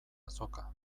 azoka